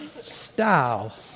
style